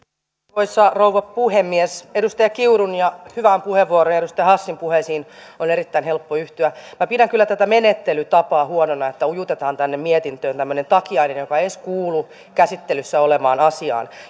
arvoisa rouva puhemies edustaja kiurun hyvään puheenvuoroon ja edustaja hassin puheeseen on erittäin helppo yhtyä minä pidän kyllä tätä menettelytapaa huonona että ujutetaan tänne mietintöön tämmöinen takiainen joka ei edes kuulu käsittelyssä olevaan asiaan